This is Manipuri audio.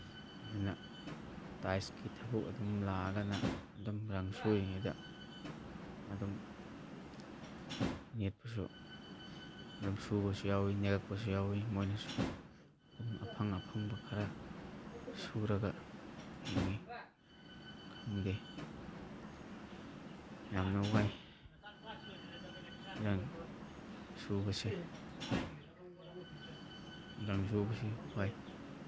ꯑꯗꯨꯅ ꯇꯥꯏꯜꯁꯀꯤ ꯊꯕꯛ ꯑꯗꯨꯝ ꯂꯥꯛꯑꯒꯅ ꯑꯗꯨꯝ ꯔꯪ ꯁꯨꯔꯤꯉꯩꯗ ꯑꯗꯨꯝ ꯅꯦꯠꯄꯁꯨ ꯑꯗꯨꯝ ꯁꯨꯕꯁꯨ ꯌꯥꯎꯋꯤ ꯅꯦꯛꯂꯛꯄꯁꯨ ꯌꯥꯎꯋꯤ ꯃꯣꯏꯅꯁꯨ ꯑꯗꯨꯝ ꯑꯐꯪ ꯑꯐꯪꯕ ꯈꯔ ꯁꯨꯔꯒ ꯍꯤꯡꯉꯤ ꯈꯪꯗꯦ ꯌꯥꯝꯅ ꯋꯥꯏ ꯔꯪ ꯁꯨꯕꯁꯦ ꯔꯪ ꯁꯨꯕꯁꯤ ꯋꯥꯏ